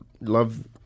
love